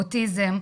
אוטיזם,